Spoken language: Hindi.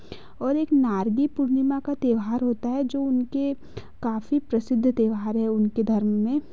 और एक नारगी पूर्णिमा का त्योहार होता है जो उनके काफ़ी प्रसिद्ध त्योहार है उनके धर्म में